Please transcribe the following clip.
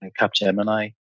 Capgemini